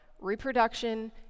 reproduction